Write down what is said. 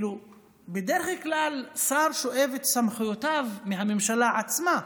בדרך כלל שר שואב את סמכויותיו מהממשלה עצמה,